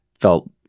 felt